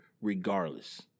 regardless